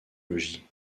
logis